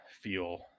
feel